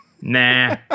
Nah